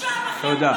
תודה.